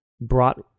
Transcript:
brought